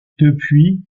depuis